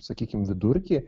sakykim vidurkį